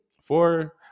Four